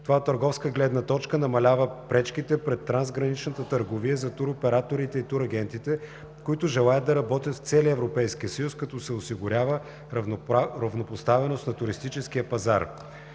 Това от търговска гледна точка намалява пречките пред трансграничната търговия за туроператорите и турагентите, които желаят да работят в целия Европейския съюз, като се осигурява равнопоставеност на туристическия пазар.